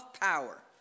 power